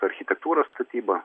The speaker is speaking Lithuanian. architektūra statyba